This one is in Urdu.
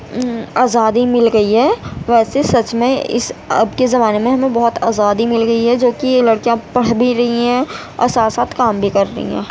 آزادی مل گئی ہے ویسے سچ میں اس اب کے زمانے میں ہمیں بہت آزادی مل گئی ہے جوکہ یہ لڑکیاں پڑھ بھی رہی ہیں اور ساتھ ساتھ کام بھی کر رہی ہیں